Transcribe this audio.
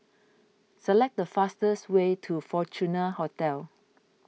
select the fastest way to Fortuna Hotel